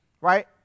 right